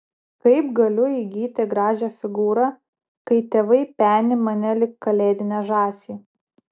kaip galiu įgyti gražią figūrą kai tėvai peni mane lyg kalėdinę žąsį